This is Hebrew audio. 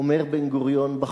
אומר בן-גוריון בחוק,